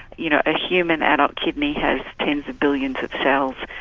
you know, a human adult kidney has tens of billions of cells.